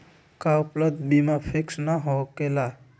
का उपलब्ध बीमा फिक्स न होकेला?